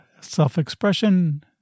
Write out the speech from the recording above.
self-expression